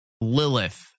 Lilith